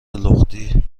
لختی